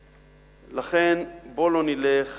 לכן, בואו ולא נלך